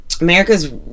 America's